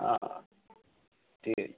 ଓହୋ ଠିକ୍